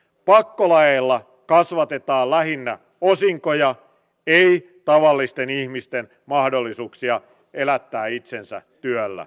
pakkolaeilla kasvatetaan lähinnä osinkoja ei tavallisten ihmisten mahdollisuuksia elättää itsensä työllä